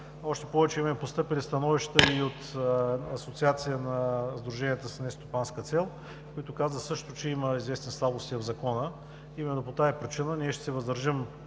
още повече че имаме постъпили становища и от Асоциацията на сдруженията с нестопанска цел, които казват също, че има известни слабости в Закона. Именно по тази причина ние ще се въздържим